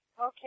Okay